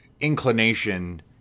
inclination